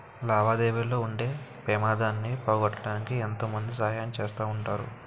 లావాదేవీల్లో ఉండే పెమాదాన్ని పోగొట్టడానికి ఎంతో మంది సహాయం చేస్తా ఉంటారు